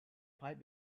pipe